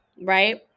right